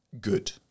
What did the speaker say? good